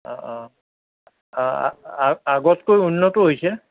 অঁ অঁ আ আ আগতকৈ উন্নত হৈছে